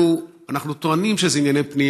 ואנחנו טוענים שזה ענייני פנים,